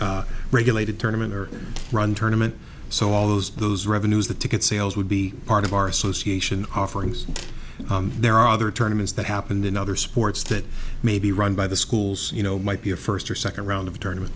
made regulated tournaments or run tournaments so all those those revenues the ticket sales would be part of our association offerings there are other tournaments that happen in other sports that maybe run by the schools you know might be a first or second round of tournament